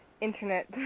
Internet